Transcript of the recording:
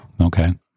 Okay